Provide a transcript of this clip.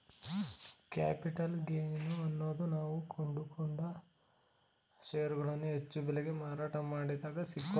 capital gain ಅನ್ನೋದು ನಾವು ಕೊಂಡುಕೊಂಡ ಷೇರುಗಳನ್ನು ಹೆಚ್ಚು ಬೆಲೆಗೆ ಮಾರಾಟ ಮಾಡಿದಗ ಸಿಕ್ಕೊ ಲಾಭ